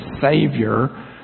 Savior